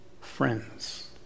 friends